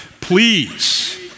please